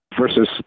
Versus